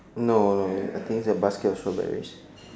no no ya I think it's a basket of strawberries